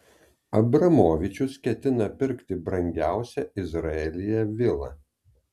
abramovičius ketina pirkti brangiausią izraelyje vilą